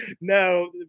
No